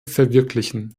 verwirklichen